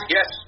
Yes